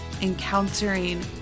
encountering